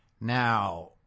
Now